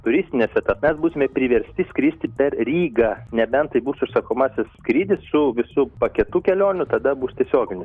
turistines vietas mes būsime priversti skristi per rygą nebent tai bus užsakomasis skrydis su visu paketu kelionių tada bus tiesioginis